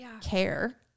care